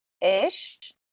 ish